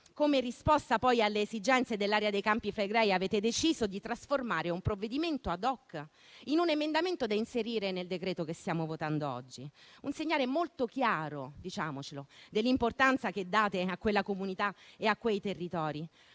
Come risposta, poi, alle esigenze dell'area dei Campi Flegrei, avete deciso di trasformare un provvedimento *ad hoc* in un emendamento da inserire nel decreto-legge che stiamo votando oggi, un segnale molto chiaro - diciamocelo - dell'importanza che date a quella comunità e a quei territori.